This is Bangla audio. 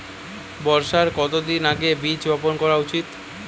বর্ষার কতদিন আগে বীজ বপন করা উচিৎ?